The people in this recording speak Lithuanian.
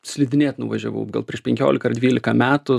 slidinėt nuvažiavau gal prieš penkiolika ar dvylika metų